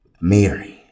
Mary